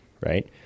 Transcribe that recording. right